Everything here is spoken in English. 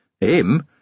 Him